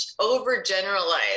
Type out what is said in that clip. overgeneralize